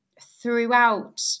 throughout